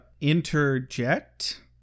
Interject